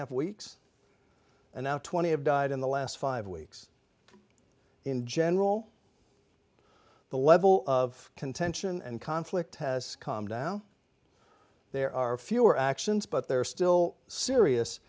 half weeks and now twenty have died in the last five weeks in general the level of contention and conflict has come down there are fewer actions but there are still serious